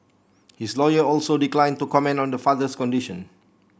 his lawyer also declined to comment the father's condition